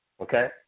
Okay